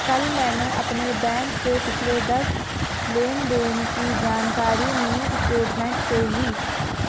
कल मैंने अपने बैंक से पिछले दस लेनदेन की जानकारी मिनी स्टेटमेंट से ली